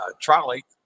trolley